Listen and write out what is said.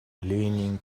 leaning